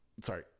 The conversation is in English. Sorry